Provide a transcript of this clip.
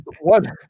one